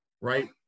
right